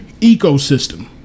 ecosystem